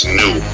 new